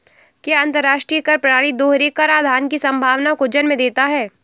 क्या अंतर्राष्ट्रीय कर प्रणाली दोहरे कराधान की संभावना को जन्म देता है?